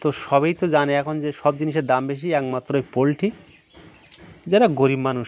তো সবই তো জানে এখন যে সব জিনিসের দাম বেশি একমাত্র ওই পোলট্রি যারা গরিব মানুষ